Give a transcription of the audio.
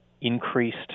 increased